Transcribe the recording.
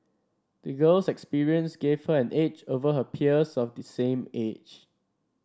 the girl's experiences gave her an edge over her peers of the same age